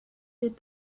did